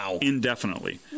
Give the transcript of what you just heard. indefinitely